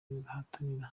bahatanira